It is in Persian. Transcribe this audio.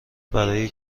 برای